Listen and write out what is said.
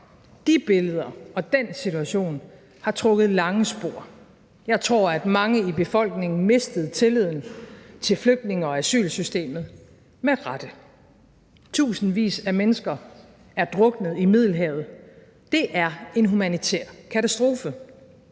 De billeder og den situation har trukket lange spor. Jeg tror, mange i befolkningen mistede tilliden til flygtninge- og asylsystemet med rette. Tusindvis af mennesker er druknet i Middelhavet, og det er en humanitær katastrofe.